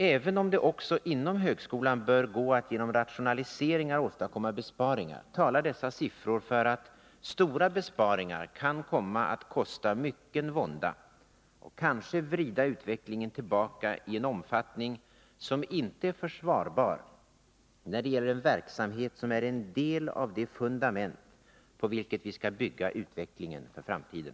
Även om det också inom högskolan bör gå att genom rationaliseringar åstadkomma besparingar, talar dessa siffror för att stora besparingar kan komma att kosta mycken vånda och kanske vrida utvecklingen tillbaka i en omfattning som inte är försvarbar när det gäller en verksamhet som är en del av det fundament på vilket vi skall bygga utvecklingen för framtiden.